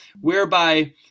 whereby